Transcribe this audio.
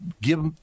give